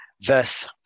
verse